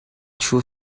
threw